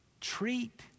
treat